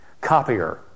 copier